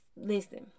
Listen